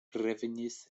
revenis